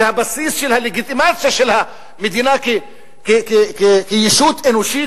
שהבסיס של הלגיטימציה של המדינה כישות אנושית